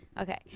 Okay